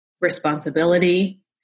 responsibility